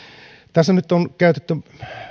tässä nyt on käytetty